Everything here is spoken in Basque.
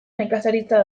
nekazaritza